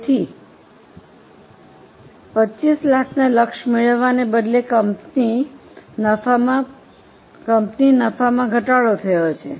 તેથી 2500000 ના લક્ષ મેળવવાને બદલે કંપનીના નફામાં ઘટાડો થયો છે